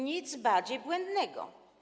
Nic bardziej błędnego.